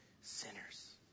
sinners